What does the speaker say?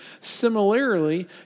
Similarly